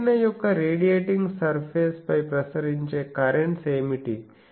antenna యొక్క radiating surface పై ప్రసరించే కరెంట్స్ ఏమిటి